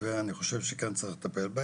וזה לא משנה אם